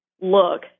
look